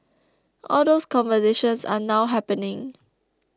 all those conversations are now happening